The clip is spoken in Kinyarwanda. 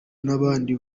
n’abandi